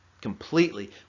completely